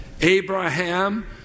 Abraham